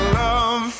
love